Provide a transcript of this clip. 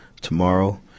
Tomorrow